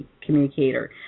communicator